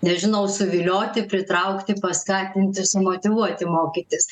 nežinau suvilioti pritraukti paskatinti sumotyvuoti mokytis